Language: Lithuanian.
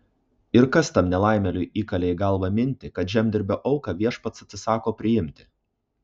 ir kas tam nelaimėliui įkalė į galvą mintį kad žemdirbio auką viešpats atsisako priimti